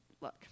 look